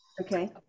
Okay